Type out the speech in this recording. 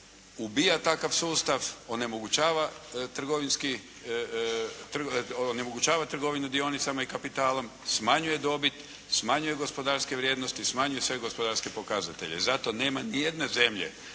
ubija takav sustav, onemogućava trgovinu dionicama i kapitalom, smanjuje dobit, smanjuje gospodarske vrijednosti, smanjuje sve gospodarske pokazatelje. Zato nema nijedne zemlje